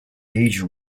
age